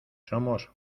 somos